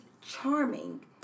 charming